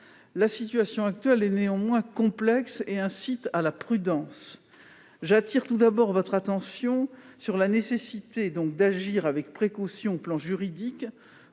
La situation actuelle est néanmoins complexe et invite à la prudence. J'attire tout d'abord votre attention sur la nécessité d'agir avec précaution sur un plan juridique,